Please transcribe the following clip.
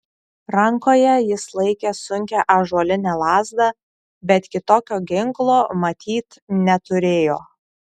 rankoje jis laikė sunkią ąžuolinę lazdą bet kitokio ginklo matyt neturėjo